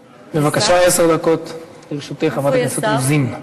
בבקשה, עשר דקות לרשותך, חברת הכנסת רוזין.